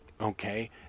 okay